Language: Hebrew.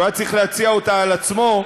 שהוא היה צריך להציע אותה על עצמו,